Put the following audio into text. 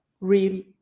real